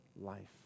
life